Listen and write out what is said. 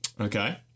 Okay